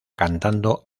cantando